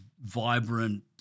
vibrant